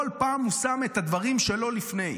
כל פעם הוא שם את הדברים שלו לפני.